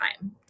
time